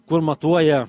kur matuoja